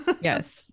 Yes